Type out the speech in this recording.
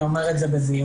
אני אומר את זה בזהירות.